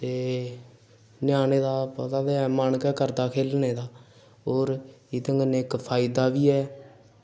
ते ञ्यानें दा पता गै मन गै करदा खेलने दा होर एह्दे कन्नै इक फायदा बी ऐ